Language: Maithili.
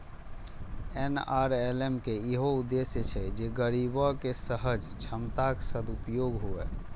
एन.आर.एल.एम के इहो उद्देश्य छै जे गरीबक सहज क्षमताक सदुपयोग हुअय